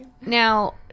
Now